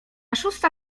szósta